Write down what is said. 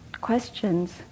questions